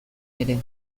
ere